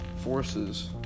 forces